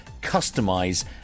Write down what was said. customize